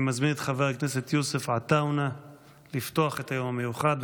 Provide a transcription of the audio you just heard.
אני מזמין את חבר הכנסת יוסף עטאונה לפתוח את היום המיוחד.